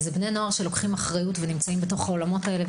אלו בני נוער שלוקחים אחריות ונמצאים בעולמות האלה,